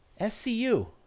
SCU